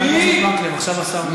חבר הכנסת מקלב, עכשיו השר מדבר.